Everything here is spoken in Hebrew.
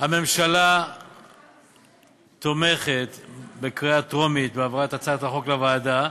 הממשלה תומכת בהצעות החוק בקריאה טרומית בהעברתן לוועדה,